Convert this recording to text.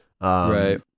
Right